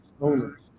owners